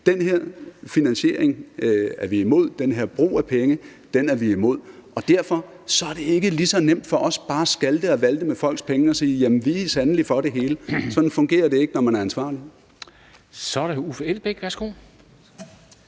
Den her finansiering er vi imod, den her brug af penge er vi imod, og derfor er det ikke lige så nemt for os bare at skalte og valte med folks penge og sige, at vi er for det hele, for sådan fungerer det ikke, når man er ansvarlig. Kl.